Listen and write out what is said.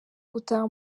gutaha